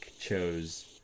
chose